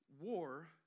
war